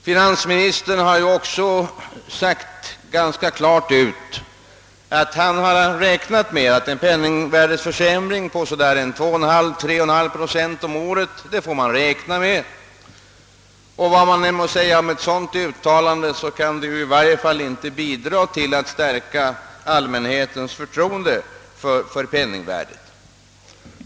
Finansministern har också ganska klart sagt att han räknar med en penningvärdeförsämring på 21/2 å 3 procent om året. Vad man än kan säga om ett sådant uttalande, så bidrar det i varje fall inte till att stärka allmänhetens förtroende för penningvärdet.